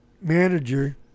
manager